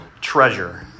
treasure